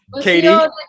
katie